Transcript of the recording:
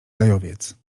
gajowiec